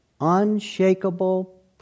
unshakable